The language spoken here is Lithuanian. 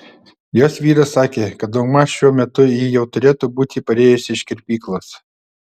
jos vyras sakė kad daugmaž šiuo metu ji jau turėtų būti parėjusi iš kirpyklos